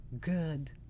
good